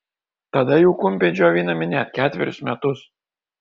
tada jų kumpiai džiovinami net ketverius metus